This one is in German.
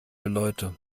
leute